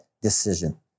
decision